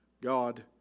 God